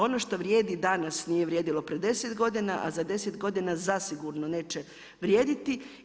Ono što vrijedi danas, nije vrijedilo pred 10 godina a za 10 godina zasigurno neće vrijediti.